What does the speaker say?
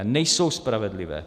Nejsou spravedlivé.